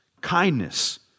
kindness